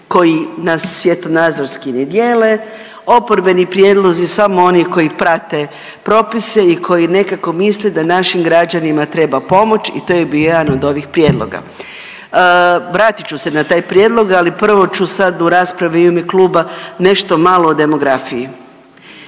koji nas svjetonazorski ne dijele, oporbeni prijedlozi samo oni koji prate propise i koji nekako misle da našim građanima treba pomoć i to je bio jedan od ovih prijedloga. Vratit ću se na taj prijedlog, ali prvo ću sad u raspravi i u ime kluba nešto malo o demografiji.